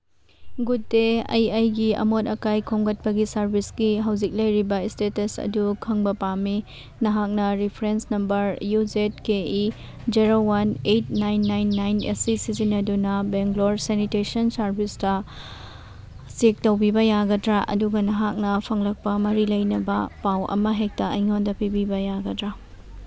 good day ꯑꯩ ꯑꯩꯒꯤ ꯑꯃꯣꯠ ꯑꯀꯥꯏ ꯈꯣꯝꯒꯠꯄꯒꯤ ꯁꯥꯔꯚꯤꯁꯀꯤ ꯍꯧꯖꯤꯛ ꯂꯩꯔꯤꯕ ꯏꯁꯇꯦꯇꯁ ꯑꯗꯨ ꯈꯪꯕ ꯄꯥꯝꯃꯤ ꯅꯍꯥꯛꯅ reference number U Z K I zero one eight nine nine nine ꯑꯁꯤ ꯁꯤꯖꯤꯟꯅꯗꯨꯅ ꯕꯦꯡꯒ꯭ꯂꯣꯔ ꯁꯦꯅꯤꯇꯦꯁꯟ ꯁꯥꯔꯚꯤꯁꯇ ꯆꯦꯛ ꯇꯧꯕꯤꯕ ꯌꯥꯒꯗ꯭ꯔꯥ ꯑꯗꯨꯒ ꯅꯍꯥꯛꯅ ꯐꯪꯂꯛꯄ ꯃꯔꯤ ꯂꯩꯅꯕ ꯄꯥꯎ ꯑꯃ ꯍꯦꯛꯇ ꯑꯩꯉꯣꯟꯗ ꯄꯤꯕꯤꯕ ꯌꯥꯒꯗ꯭ꯔꯥ